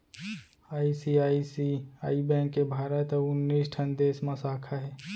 ICICI bank के भारत अउ उन्नीस ठन देस म साखा हे